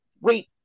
wait